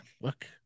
look